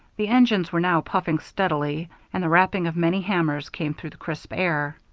the engines were now puffing steadily, and the rapping of many hammers came through the crisp air.